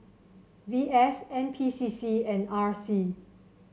V S N P C C and R C